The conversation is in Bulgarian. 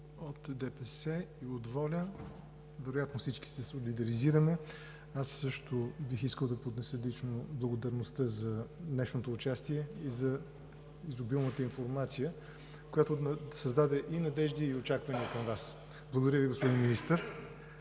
от ДПС и от ВОЛЯ? Вероятно всички се солидаризираме. Аз също бих искал лично да поднеса благодарност за днешното участие и за изобилната информация, която създаде и надежди и очаквания към Вас. Благодаря Ви, господин Министър.